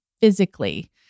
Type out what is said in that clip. physically